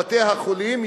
יעבדו בבתי-החולים,